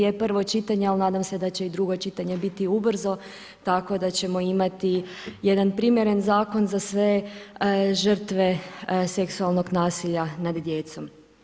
Je prvo čitanje, ali nadam se da će i drugo čitanje biti ubrzo, tako da ćemo imati jedan primjeren zakon za sve žrtve seksualnog nasilja nad djecom.